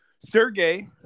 Sergey